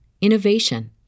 innovation